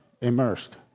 immersed